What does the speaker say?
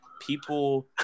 people